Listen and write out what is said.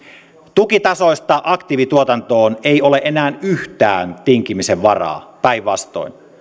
tukitasoista aktiivituotantoon ei ole enää yhtään tinkimisen varaa päinvastoin